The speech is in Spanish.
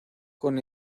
con